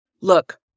look